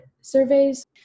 surveys